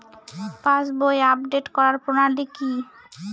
পাসবই update করার প্রণালী কি?